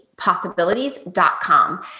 possibilities.com